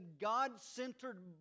God-centered